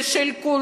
הן של כולנו,